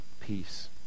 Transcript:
peace